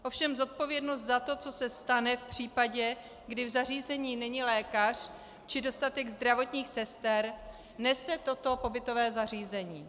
Ovšem zodpovědnost za to, co se stane v případě, když v zařízení není lékař či dostatek zdravotních sester, nese toto pobytové zařízení.